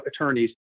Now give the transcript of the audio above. attorneys